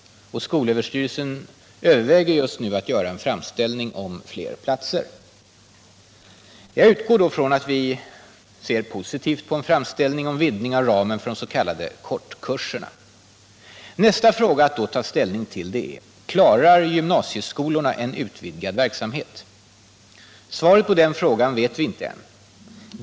Skolöverstyrelsen överväger just nu att göra en framställning om fler platser. Jag utgår från att regeringen kommer att se positivt på en framställning om vidgning av ramen för de s.k. kortkurserna. Nästa fråga som man då måste ta ställning till är: Klarar gymnasieskolorna en utvidgad verksamhet? Svaret på den frågan vet vi ännu inte.